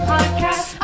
Podcast